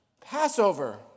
Passover